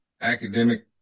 academic